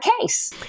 case